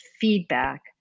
feedback